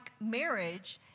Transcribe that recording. marriage